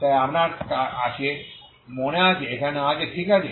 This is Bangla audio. তাই আপনার আছে constant মানে এখানে আছে ঠিক আছে